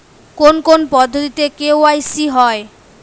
কোন কোন পদ্ধতিতে কে.ওয়াই.সি হয়?